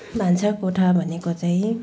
भान्साकोठा भनेको चाहिँ